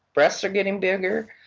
breasts are getting bigger,